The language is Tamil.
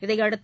இதையடுத்து